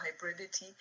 Hybridity